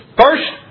First